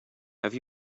have